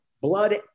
blood